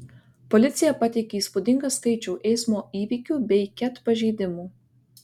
policija pateikė įspūdingą skaičių eismo įvykių bei ket pažeidimų